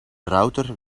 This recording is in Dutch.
router